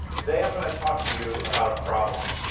today i'm going to talk to you about a problem.